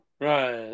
right